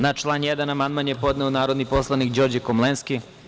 Na član 1. amandman je podneo narodni poslanik Đorđe Komlenski.